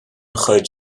chuid